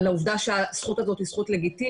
על העובדה שהזכות הזאת היא זכות לגיטימית.